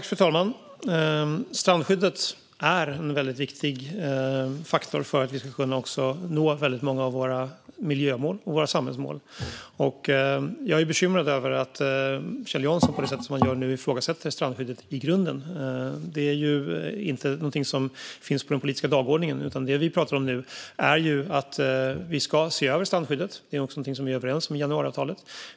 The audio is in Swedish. Fru talman! Strandskyddet är en viktig faktor för att vi ska nå många av våra miljömål och samhällsmål. Jag är bekymrad över att Kjell Jansson på det sätt han nu gör ifrågasätter strandskyddet i grunden. Det är inte något som finns på den politiska dagordningen. Det vi pratar om nu är att se över strandskyddet. Det är också något vi är överens om i januariavtalet.